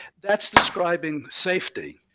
that's describing safety.